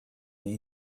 nii